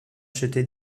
acheter